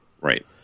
Right